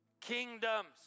kingdoms